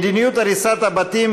מדיניות הריסת הבתים,